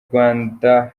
rwanda